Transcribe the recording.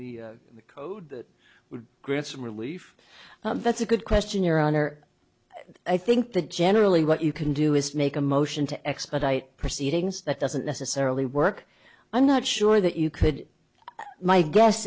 the code that would grant some relief that's a good question your honor i think that generally what you can do is make a motion to expedite proceedings that doesn't necessarily work i'm not sure that you could my guess